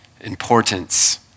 importance